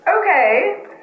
Okay